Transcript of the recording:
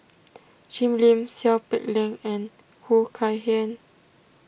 Jim Lim Seow Peck Leng and Khoo Kay Hian